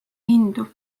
hindu